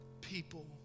people